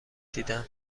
دیدم